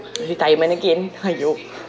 retirement again !haiyo!